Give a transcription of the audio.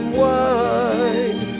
wide